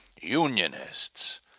Unionists